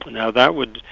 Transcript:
now that would,